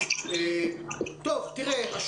עכשיו.